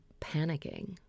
panicking